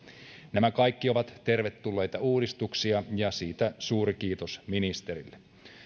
nämä kaikki ovat tervetulleita uudistuksia ja siitä suuri kiitos ministerille